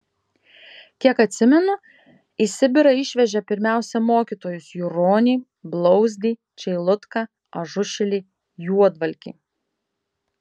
kiek atsimenu į sibirą išvežė pirmiausia mokytojus juronį blauzdį čeilutką ažušilį juodvalkį